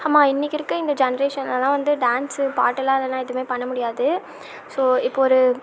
ஆமாம் இன்னைக்கு இருக்க இந்த ஜென்ரேஷன்லலாம் வந்து டான்சு பாட்டெல்லாம் இல்லைன்னா எதுவுமே பண்ண முடியாது ஸோ இப்போ ஒரு